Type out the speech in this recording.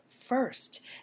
first